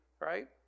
Right